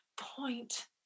point